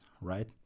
right